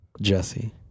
Jesse